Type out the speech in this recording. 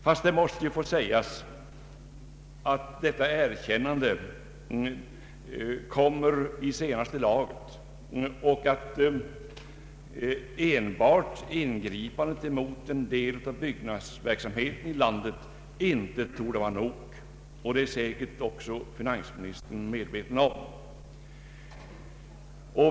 Det måste emellertid få sägas att detta erkännande kommer i senaste laget och att enbart ett ingripande emot en del av byggnadsverksamheten i landet inte torde vara nog. Det är säkerligen också finansministern medveten om.